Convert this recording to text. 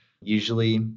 Usually